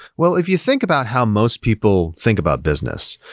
well, if you think about how most people think about business,